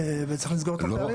אוסקר, טוב לראות אותך.